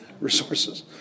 resources